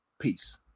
Peace